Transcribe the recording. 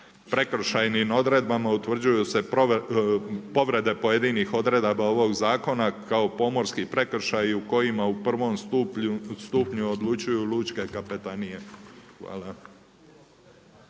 Prekršajnim odredbama utvrđuju se povrede pojedinih odredba ovog zakona, kao pomorski prekršaju kojim u prvom stupnju odlučuju lučke kapetanije. Hvala.